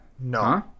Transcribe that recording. No